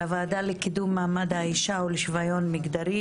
אני פותחת את הישיבה של הוועדה לקידום מעמד האישה ולשוויון מגדרי.